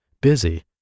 busy